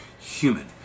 human